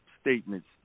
statements